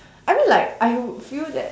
I mean like I would feel that